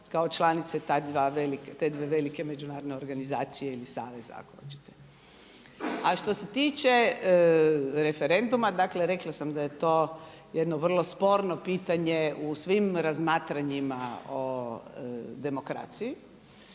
kao članice te dvije velike međunarodne organizacije ili saveza ako hoćete. A što se tiče referenduma, dakle rekla sam da je to jedno vrlo sporno pitanje u svim razmatranjima o demokraciji.